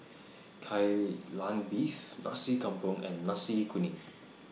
Kai Lan Beef Nasi Campur and Nasi Kuning